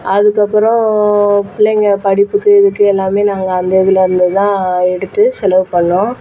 அதுக்கப்புறம் பிள்ளைங்க படிப்புக்கு இதுக்கு எல்லாமே நாங்கள் அந்த இதிலிருந்து தான் எடுத்து செலவு பண்ணிணோம்